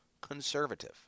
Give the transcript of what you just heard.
conservative